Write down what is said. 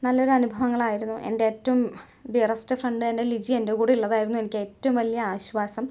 നല്ലൊര് അനുഭവങ്ങളായിരുന്നു എൻ്റെ ഏറ്റവും ഡിയറെസ്റ്റ് ഫ്രണ്ട് തന്നെ ലിജി എൻ്റെ കൂടെയുള്ളതായിരുന്നു എനിക്ക് ഏറ്റവും വലിയ ആശ്വാസം